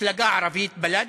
במפלגה ערבית, בל"ד,